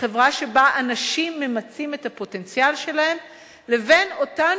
וחברה שבה אנשים ממצים את הפוטנציאל שלהם לבין אותן